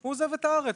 הוא עוזב את הארץ.